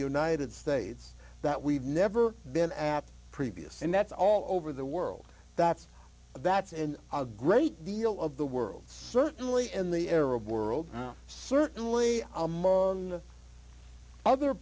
united states that we've never been at previous and that's all over the world that's that's and a great deal of the world certainly in the arab world certainly among the other